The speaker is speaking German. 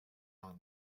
hand